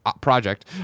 project